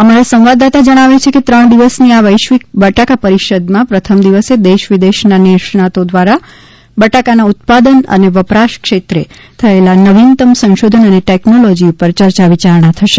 અમારા સંવાદદાતા જણાવે છે કે ત્રણ દિવસની આ વૈશ્વિક બટાકા પરિષદમાં પ્રથમ દિવસે દેશ વિદેશના નિષ્ણાતો દ્વારા બટાકાના ઉત્પાદન અને વપરાશ ક્ષેત્રે થયેલા નવીનતમ સંશોધન અને ટેક્નોલોજી ઉપર ચર્ચા વિયારણા થશે